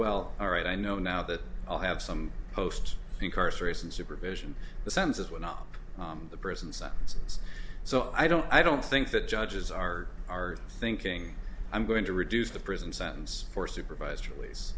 well all right i know now that i'll have some post incarceration supervision the census when up the prison sentences so i don't i don't think that judges are are thinking i'm going to reduce the prison sentence for supervis